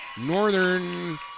Northern